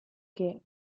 che